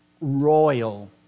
royal